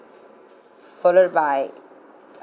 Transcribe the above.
followed by